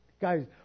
Guys